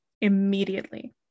immediately